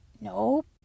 Nope